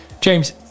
James